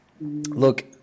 look